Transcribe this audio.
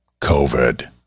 COVID